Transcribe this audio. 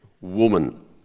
woman